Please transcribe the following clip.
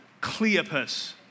Cleopas